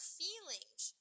feelings